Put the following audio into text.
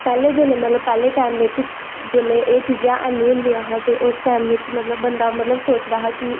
पैह्लें मतलव जिसलै पैह्ले टैम बिच्च जिसलै एह् चीज़ां नी होंदियां तां उस टैम बिच्च मतलव बंदा सोचदा हा कि